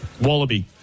Wallaby